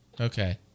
Okay